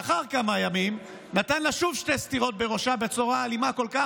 לאחר כמה ימים נתן לה שוב שתי סטירות בראשה בצורה אלימה כל כך,